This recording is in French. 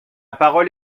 parole